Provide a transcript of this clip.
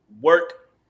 work